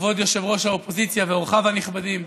כבוד יושב-ראש האופוזיציה ואורחיו הנכבדים,